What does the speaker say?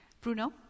Bruno